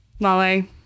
Lale